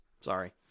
Sorry